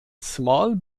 small